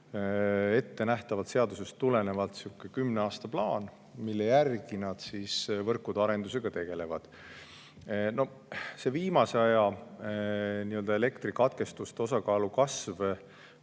osapooltel seadusest tulenevalt sihuke kümne aasta plaan, mille järgi nad võrkude arendusega tegelevad. See viimase aja elektrikatkestuste osakaalu kasv